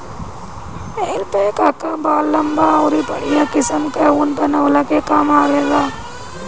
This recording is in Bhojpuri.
एल्पैका कअ बाल लंबा अउरी बढ़िया किसिम कअ ऊन बनवले के काम आवेला